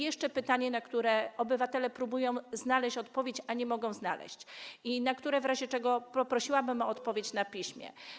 Jeszcze pytanie, na które obywatele próbują znaleźć odpowiedź, ale nie mogą jej znaleźć, i na które w razie czego poprosiłabym o odpowiedź na piśmie.